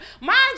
Mind